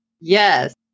Yes